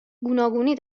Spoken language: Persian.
گوناگونی